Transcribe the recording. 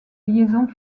liaisons